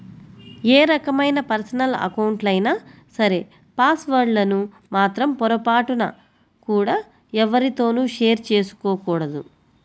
ఏ రకమైన పర్సనల్ అకౌంట్లైనా సరే పాస్ వర్డ్ లను మాత్రం పొరపాటున కూడా ఎవ్వరితోనూ షేర్ చేసుకోకూడదు